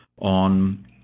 on